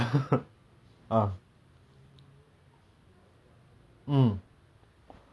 okay for me right எனக்கு:enakku simple okay so I'm from sports school and I'm doing track and field right